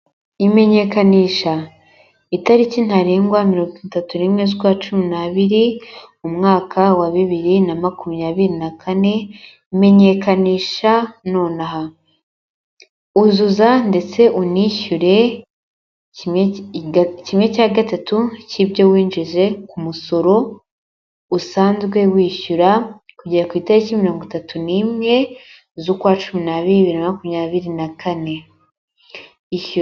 Imenyekanisha. Itariki ntarengwa mirongo itatu n'imwe z'ukwa cumi n'abiri, umwaka wa bibiri na makumyabiri na kane, menyekanisha nonaha. Uzuza ndetse unishyure kimwe cya gatatu cy'ibyo winjije ku musoro usanzwe wishyura, kugera ku itariki mirongo itatu n'imwe z'ukwa cumi n'abiri, bibiri na makumyabiri na kane. Ishyura